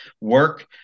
work